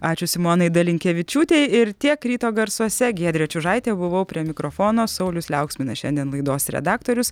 ačiū simonai dalinkevičiūtei ir tiek ryto garsuose giedrė čiužaitė buvau prie mikrofono saulius liauksminas šiandien laidos redaktorius